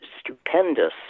stupendous